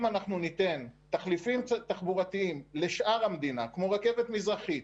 אם אנחנו ניתן תחליפים תחבורתיים לשאר המדינה - כמו רכבת מזרחית,